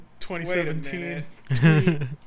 2017